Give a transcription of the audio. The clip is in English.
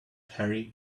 harry